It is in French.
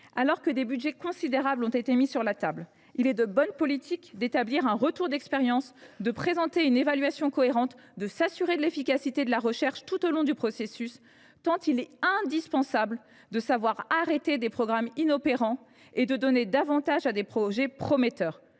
Alors que des budgets considérables ont été mis sur la table, il serait de bonne politique de procéder à un retour d’expérience, de présenter une évaluation cohérente et de s’assurer de l’efficacité de la recherche tout au long du processus. Il est indispensable de savoir arrêter des programmes inopérants et de donner plus de moyens à des projets prometteurs.